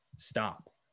Stop